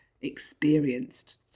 experienced